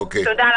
תודה.